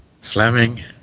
Fleming